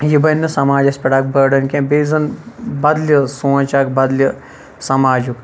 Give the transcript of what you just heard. یہِ بَننہٕ سَماجَس پیٹھ اکھ بٲڈٕن کینٛہہ بییٚہِ زَن بَدلہِ سونٛچ اکھ بَدلہِ سَماجُک